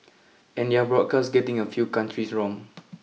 and their broadcast getting a few countries wrong